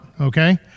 okay